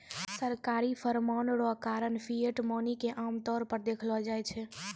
सरकारी फरमान रो कारण फिएट मनी के आमतौर पर देखलो जाय छै